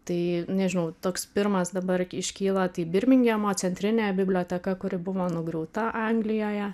tai nežinau toks pirmas dabar iškyla tai birmingemo centrinė biblioteka kuri buvo nugriauta anglijoje